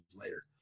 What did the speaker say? later